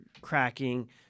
cracking